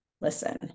listen